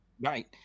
Right